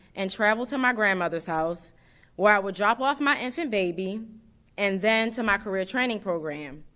and travel to my grandmother's house where i would drop off my infant baby and then to my career training program.